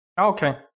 Okay